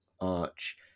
arch